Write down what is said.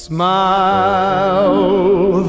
Smile